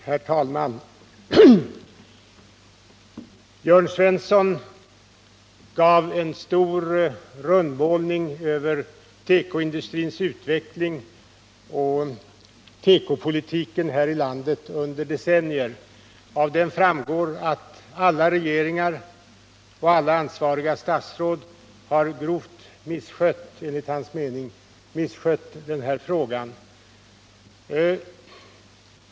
Herr talman! Jörn Svensson gav en stor rundmålning över tekoindustrins utveckling och tekopolitiken här i landet under decennier. Av den framgår att alla regeringar och alla ansvariga statsråd enligt hans mening grovt har misskött frågan.